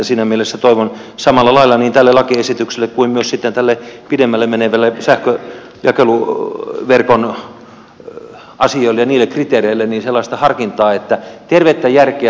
siinä mielessä toivon samalla lailla niin tälle lakiesitykselle kuin myös sitten pidemmälle meneville sähkönjakeluverkon asioille ja niille kriteereille sellaista harkintaa että tervettä järkeä käytettäisiin